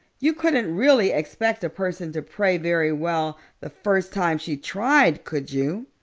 you couldn't really expect a person to pray very well the first time she tried, could you?